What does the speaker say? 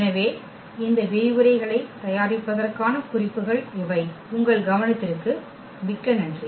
எனவே இந்த விரிவுரைகளைத் தயாரிப்பதற்கான குறிப்புகள் இவை உங்கள் கவனத்திற்கு மிக்க நன்றி